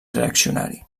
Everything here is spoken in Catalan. reaccionari